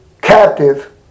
captive